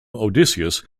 odysseus